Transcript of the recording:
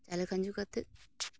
ᱪᱟᱣᱞᱮ ᱠᱷᱟᱡᱚ ᱠᱟᱛᱮᱫ